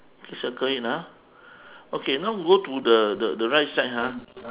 so circle it ah okay now go to the the the right side ha